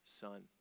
Son